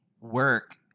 work